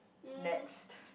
next